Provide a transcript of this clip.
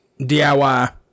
DIY